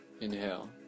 Inhale